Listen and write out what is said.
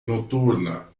noturna